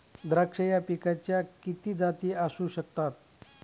द्राक्ष या पिकाच्या किती जाती असू शकतात?